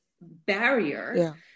barrier